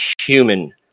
human